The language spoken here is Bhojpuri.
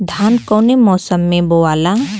धान कौने मौसम मे बोआला?